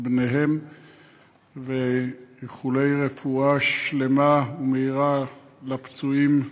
בניהם ואיחולי רפואה שלמה ומהירה לפצועים כולם.